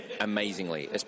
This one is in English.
amazingly